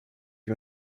wir